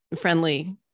friendly